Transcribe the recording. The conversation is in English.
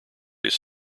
his